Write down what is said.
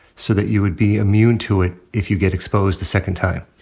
so that you would be immune to it if you get exposed a second time.